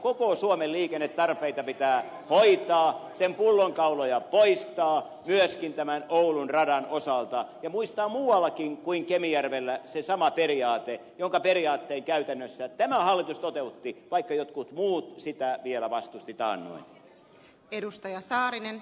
koko suomen liikennetarpeita pitää hoitaa sen pullonkauloja poistaa myöskin tämän oulun radan osalta ja muistaa muuallakin kuin kemijärvellä se sama periaate jonka periaatteen käytännössä tämä hallitus toteutti vaikka jotkut muut sitä vielä vastustivat taannoin